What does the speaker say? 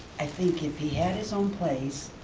i think if he had his own place,